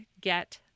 get